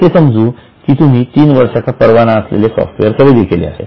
असे समजू की तुम्ही तीन वर्षाचा परवाना असलेले सॉफ्टवेअर खरेदी केलेले आहे